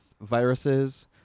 viruses